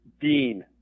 Dean